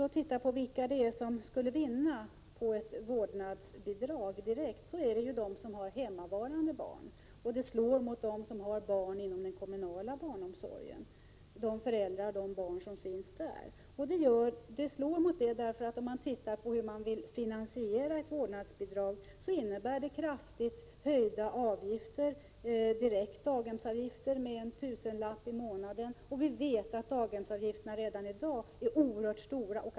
De som direkt skulle vinna på ett vårdnadsbidrag är de föräldrar som har hemmavarande barn. Däremot slår vårdnadsbidraget mot de föräldrar som har sina barn inom den kommunala barnomsorgen. Finansieringen av vårdnadsbidraget sker nämligen genom kraftigt höjda daghemsavgifter — det gäller en tusenlapp i månaden. Vi vet att daghemsavgifterna redan i dag är oerhört stora.